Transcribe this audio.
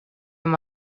amb